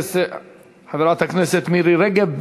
חברת הכנסת מירי רגב.